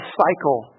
cycle